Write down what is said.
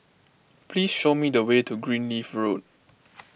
please show me the way to Greenleaf Road